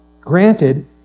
Granted